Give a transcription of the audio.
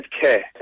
care